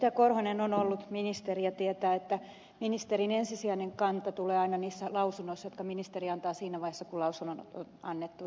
martti korhonen on ollut ministeri ja tietää että ministerin ensisijainen kanta tulee aina esiin niissä lausunnoissa jotka ministeri antaa siinä vaiheessa kun lausunto on annettu